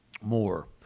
more